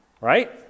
right